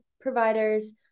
providers